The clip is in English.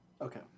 Okay